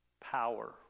Power